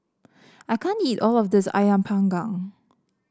I can't eat all of this ayam panggang